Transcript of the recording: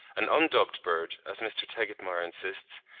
an undubbed bird, as mr. tegetmeier insists,